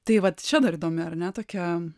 tai vat čia dar įdomi ar ne tokia